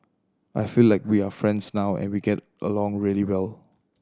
I feel like we are friends now and we get along really well